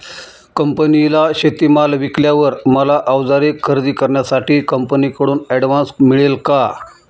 कंपनीला शेतीमाल विकल्यावर मला औजारे खरेदी करण्यासाठी कंपनीकडून ऍडव्हान्स मिळेल का?